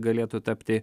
galėtų tapti